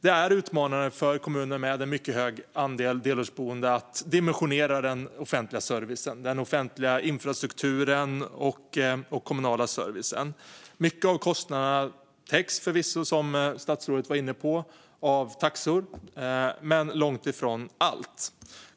Det är utmanande för kommuner med mycket stor andel delårsboende att dimensionera den offentliga servicen, den offentliga infrastrukturen och den kommunala servicen. Mycket av kostnaderna täcks förvisso, som statsrådet var inne på, av taxor, men det gäller långt ifrån allt.